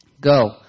Go